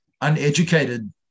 uneducated